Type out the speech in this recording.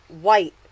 white